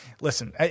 listen